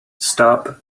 stop